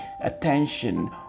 attention